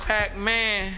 Pac-Man